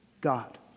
God